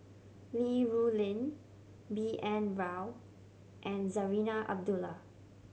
Li Rulin B N Rao and Zarinah Abdullah